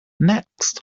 next